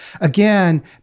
again